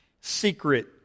secret